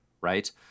right